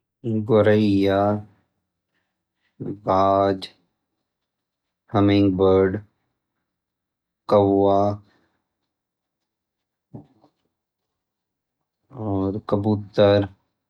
गोरैया बाज humming bird कौआ और कबूतर।